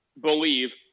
believe